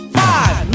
five